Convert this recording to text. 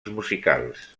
musicals